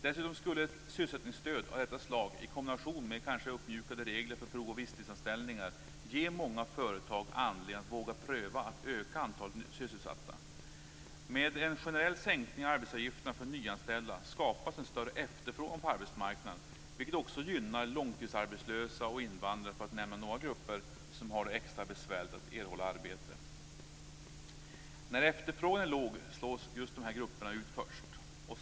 Dessutom skulle ett sysselsättningsstöd av detta slag, i kombination med kanske uppmjukade regler för prov och visstidsanställningar, ge många företag anledning att våga pröva att öka antalet sysselsatta. Med en generell sänkning av arbetsgivaravgifterna för nyanställda skapas en större efterfrågan på arbetsmarknaden, vilket också gynnar långtidsarbetslösa och invandrare, för att nämna några grupper som har det extra besvärligt att erhålla arbete. När efterfrågan är låg är det just de här grupperna som först slås ut.